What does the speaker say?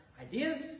ideas